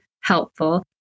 helpful